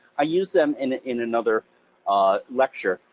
i use them in in another lecture.